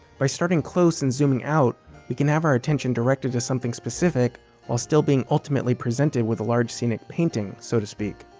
by starting close and zooming out we can have our attention directed to something specific while still being ultimately presented with a large scenic painting, so to speak.